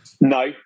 No